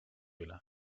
üle